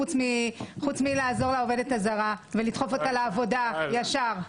חוץ מלעזור לעובדת הזרה ולדחוף אותה לעבודה ישר....